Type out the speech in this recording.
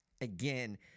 again